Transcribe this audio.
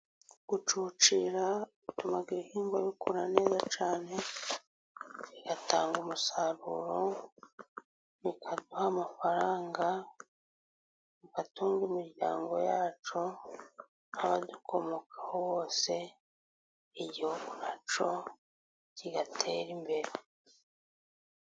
Gucucira bituma ibihingwa bikura neza cyane, bigatanga umusaruro mu kuduha amafaranga, tugatunga imiryango yacu nk'abadukomokaho bose, igihugu cyacu kigatera imbere.